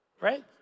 right